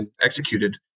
executed